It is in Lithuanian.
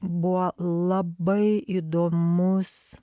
buvo labai įdomus